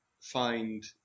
find